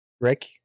Rick